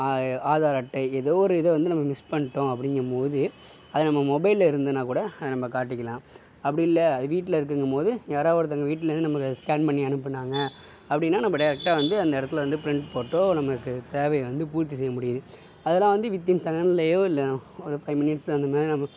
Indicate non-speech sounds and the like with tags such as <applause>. <unintelligible> ஆதார் அட்டை ஏதோ ஒரு இதை வந்து நம்ம மிஸ் பண்ணிட்டோம் அப்படிங்கபோது அது நம்ம மொபைல்ல இருந்ததுனா கூட அதை நம்ம காட்டிக்கலாம் அப்படியில்ல அது வீட்டில் இருக்குதுங்கபோது யாராவது ஒருத்தவங்க வீட்டில் இருந்து நமக்கு அதை ஸ்கேன் பண்ணி அனுப்புனாங்க அப்படினா நம்ம டேரெக்டாக வந்து அந்த இடத்துல வந்து பிரிண்ட் போட்டோ நம்மளுக்கு தேவையை வந்து பூர்த்தி செய்ய முடியுது அதெலாம் வந்து வித்தின் செகண்ட்லையோ இல்லை ஒரு ஃபைவ் மினிட்ஸ் அந்தமாதிரி நம்ம